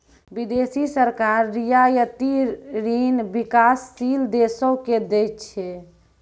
बिदेसी सरकार रियायती ऋण बिकासशील देसो के दै छै